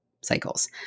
cycles